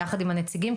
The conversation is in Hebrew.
ביחד עם הנציגים,